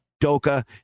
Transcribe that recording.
doka